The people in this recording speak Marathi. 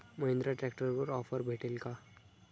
महिंद्रा ट्रॅक्टरवर ऑफर भेटेल का?